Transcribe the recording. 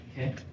Okay